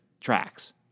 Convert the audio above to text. tracks